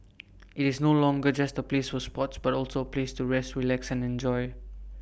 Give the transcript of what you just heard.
IT is no longer just A place for sports but also A place to rest relax and enjoy